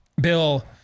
Bill